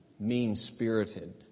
mean-spirited